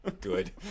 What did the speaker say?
Good